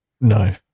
No